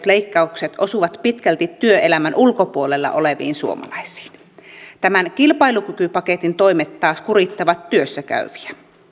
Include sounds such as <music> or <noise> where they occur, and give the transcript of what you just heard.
<unintelligible> leikkaukset osuvat pitkälti työelämän ulkopuolella oleviin suomalaisiin tämän kilpailukykypaketin toimet taas kurittavat työssä käyviä